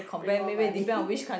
bring more money